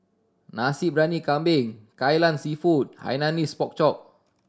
Nasi Briyani Kambing Kai Lan Seafood Hainanese Pork Chop